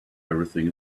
everything